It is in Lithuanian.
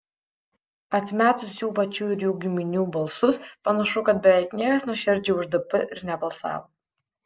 atmetus jų pačių ir jų giminių balsus panašu kad beveik niekas nuoširdžiai už dp ir nebalsavo